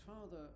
father